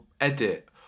edit